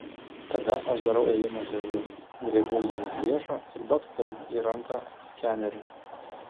tada aš darau ėjimą žirgu griebiu jį už riešo ir baksteliu į ranką skeneriu